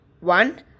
one